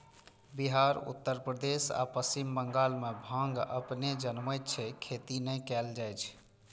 बिहार, उत्तर प्रदेश आ पश्चिम बंगाल मे भांग अपने जनमैत छै, खेती नै कैल जाए छै